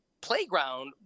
playground